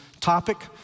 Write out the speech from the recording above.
topic